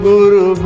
Guru